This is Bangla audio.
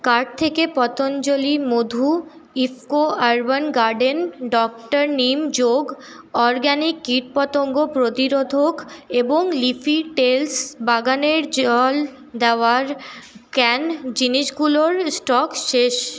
কার্ট থেকে পতঞ্জলি মধু IFFCO urban garden doctor Neem Yog organic কীটপতঙ্গ প্রতিরোধক এবং লিফি টেলস বাগানের জল দেওয়ার ক্যান জিনিসগুলোর স্টক শেষ